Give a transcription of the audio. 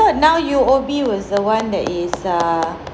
but now U_O_B was the one that is err